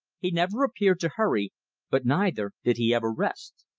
he never appeared to hurry but neither did he ever rest.